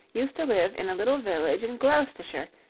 used to live in a little village in gloucestershire,